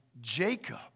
Jacob